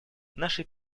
нашей